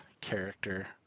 character